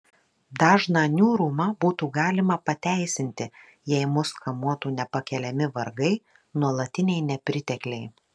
dažną niūrumą būtų galima pateisinti jei mus kamuotų nepakeliami vargai nuolatiniai nepritekliai